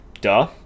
duh